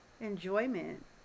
enjoyment